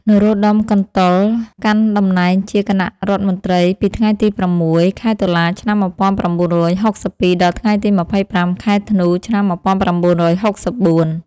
នរោត្តម កន្តុល កាន់តំណែងជាគណៈរដ្ឋមន្ត្រីពីថ្ងៃទី ៦ ខែតុលា ឆ្នាំ១៩៦២ ដល់ថ្ងៃទី ២៥ ខែធ្នូ ឆ្នាំ១៩៦៤។